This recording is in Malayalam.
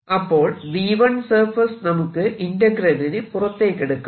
അപ്പോൾ V1surface നമുക്ക് ഇന്റെഗ്രലിനു പുറത്തേക്കെടുക്കാം